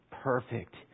perfect